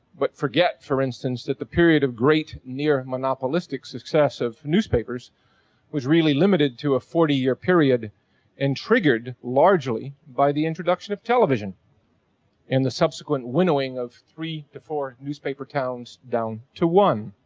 but forget for instance that the period of great near-monopolistic success of newspapers was really limited to a forty year period and triggered largely by the introduction of television and the subsequent winnowing of three to four newspaper towns down to one.